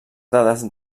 dades